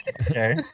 Okay